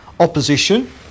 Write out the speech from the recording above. Opposition